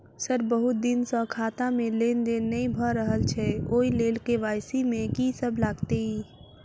Sir बहुत दिन सऽ खाता मे लेनदेन नै भऽ रहल छैय ओई लेल के.वाई.सी मे की सब लागति ई?